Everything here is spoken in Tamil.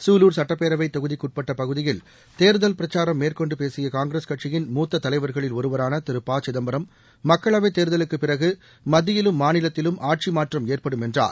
சூலூர் சட்டப்பேரவை தொகுதிக்குட்பட்ட பகுதியில் தேர்தல் பிரச்சாரம் மேற்கொன்டு பேசிய காங்கிரஸ் கட்சியின் மூத்த தலைவர்களில் ஒருவரான திரு ப சிதம்பரம் மக்களவை தேர்தலுக்கு பிறகு மத்தியிலும் மாநிலத்திலும் ஆட்சி மாற்றம் ஏற்படும் என்றார்